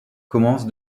commence